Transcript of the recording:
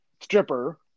stripper